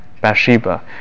Bathsheba